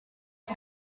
iki